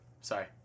Sorry